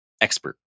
expert